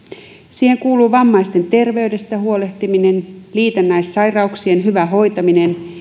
siihen kuuluu vammaisten terveydestä huolehtiminen liitännäissairauksien hyvä hoitaminen